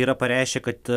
yra pareiškę kad